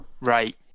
Right